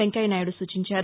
వెంకయ్యనాయుడు సూచించారు